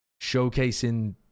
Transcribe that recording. showcasing